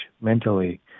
mentally